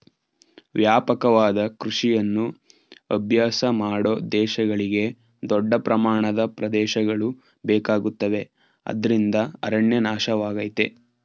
ವ್ಯಾಪಕವಾದ ಕೃಷಿಯನ್ನು ಅಭ್ಯಾಸ ಮಾಡೋ ದೇಶಗಳಿಗೆ ದೊಡ್ಡ ಪ್ರಮಾಣದ ಪ್ರದೇಶಗಳು ಬೇಕಾಗುತ್ತವೆ ಅದ್ರಿಂದ ಅರಣ್ಯ ನಾಶವಾಗಯ್ತೆ